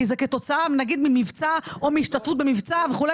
כי זה כתוצאה נגיד ממבצע או מהשתתפות במבצע וכו',